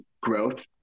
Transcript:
growth